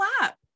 up